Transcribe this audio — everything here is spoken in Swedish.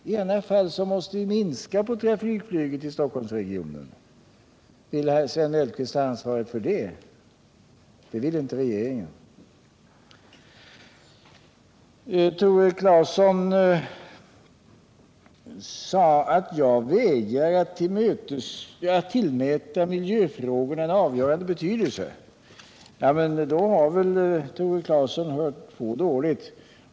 I annat fall måste vi ju minska trafikflyget i Stockholmsregionen. Vill herr Sven Mellqvist ta ansvaret för detta? Det vill inte regeringen. Tore Claeson påstod att jag vägrade att tillmäta miljöfrågorna en avgörande betydelse. Då har väl Tore Claeson hört på dåligt?